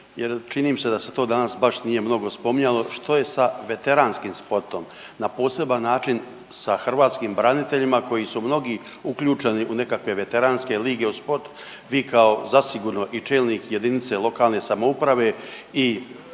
čini mi se da se to danas baš nije mnogo spominjalo, što je sa veteranskim sportom? Na poseban način sa hrvatskim braniteljima koji su mnogi uključeni u nekakve veteranske lige u sport. Vi kao zasigurno i čelnik jedinice lokalne samouprave i